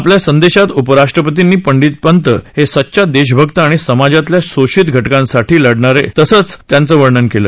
आपल्या संदेशात उपराष्ट्रपतींनी पंडित पंत हे सच्चा देशभक्त आणि समाजातल्या शोषित घ कांसाठील लढणारे असे त्यांचं वर्णन केलं